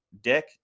Dick